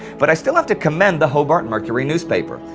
but i still have to commend the hobart mercury newspaper.